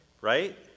right